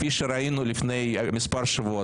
כפי שראינו לפני מספר שבועות,